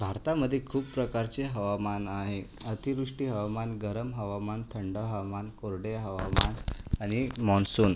भारतामध्ये खूप प्रकारचे हवामान आहे अतिवृष्टी हवामान गरम हवामान थंड हवामान कोरडे हवामान आणि माॅन्सून